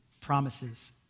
promises